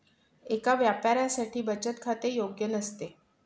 एका व्यापाऱ्यासाठी बचत खाते योग्य नसते